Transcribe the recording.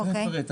אני תיכף אפרט.